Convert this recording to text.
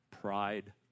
pride